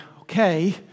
Okay